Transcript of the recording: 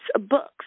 books